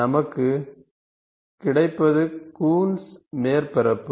நமக்கு கிடைப்பது கூன்ஸ் மேற்பரப்பு